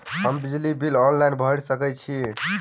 हम बिजली bill online भैर सकै छी?